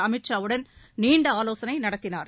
அமீத்ஷாவுடன் நீண்ட ஆலோசனை நடத்தினார்